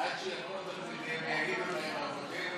ואז היא תוכל להגיע לכאן ולהגיד לי להפסיק את הדיון